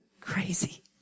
Crazy